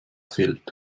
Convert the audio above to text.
fehlt